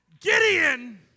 Gideon